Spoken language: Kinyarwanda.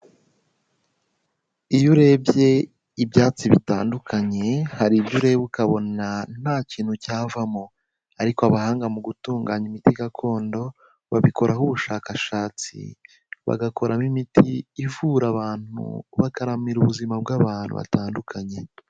Iyo urebye ibyatsi bitandukanye hari ibyo ureba ukabona nta kintu cyavamo, ariko abahanga mu gutunganya imiti gakondo babikoraho ubushakashatsi bagakoramo imiti ivura abantu, bakaramira ubuzima bw'abantu batandukanye.